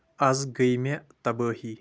آز گٔے مے تبٲہی